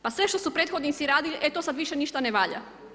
Pa sve što su prethodnici radili e to sad više ništa ne valja.